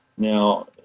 Now